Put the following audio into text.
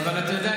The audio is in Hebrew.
אבל אתה יודע,